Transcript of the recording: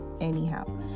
anyhow